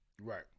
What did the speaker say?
right